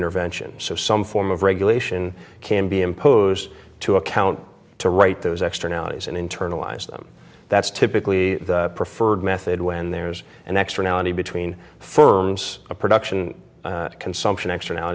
intervention so some form of regulation can be imposed to account to write those extra calories and internalize them that's typically the preferred method when there's an extra nonny between firms a production and consumption extra now